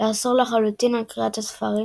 לאסור לחלוטין על קריאת הספרים